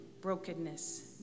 brokenness